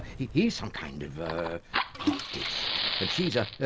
he's he's some kind of ah artist, and she's a,